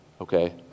okay